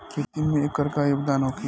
खेती में एकर का योगदान होखे?